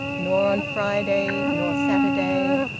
nor on friday nor saturday.